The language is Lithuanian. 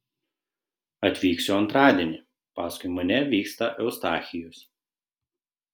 atvyksiu antradienį paskui mane vyksta eustachijus